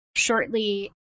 Shortly